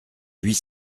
huit